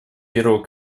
первого